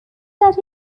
that